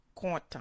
content